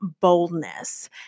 boldness